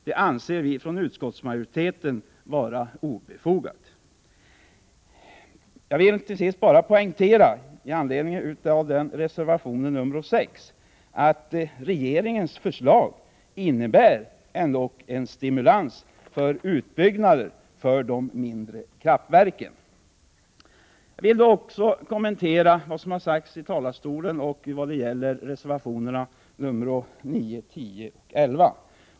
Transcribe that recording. Det anser vi i utskottsmajoriteten vara obefogat. I anledning av reservation nr 6 vill jag bara poängtera att regeringens förslag ändock innebär en stimulans för utbyggnader av de mindre kraftverken. Jag vill också kommentera det som har sagts i talarstolen vad gäller reservationerna 9, 10 och 11.